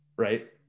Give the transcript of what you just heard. Right